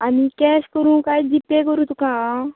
आनी केश करूं काय जी पे करूं तुका हांव